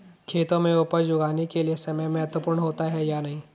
खेतों में उपज उगाने के लिये समय महत्वपूर्ण होता है या नहीं?